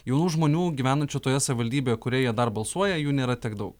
jaunų žmonių gyvenančių toje savivaldybėje kurioje jie dar balsuoja jų nėra tiek daug